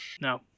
No